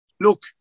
look